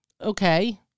Okay